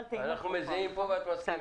אנחנו מזיעים פה ואת מסכימה.